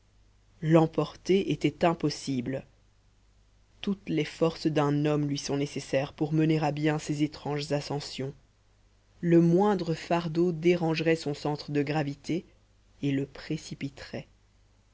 l'emporter était impossible toutes les forces d'un homme lui sont nécessaires pour mener à bien ces étranges ascensions le moindre fardeau dérangerait son centre de gravité et le précipiterait